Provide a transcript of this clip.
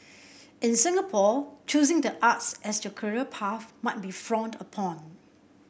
in Singapore choosing the arts as your career path might be frowned upon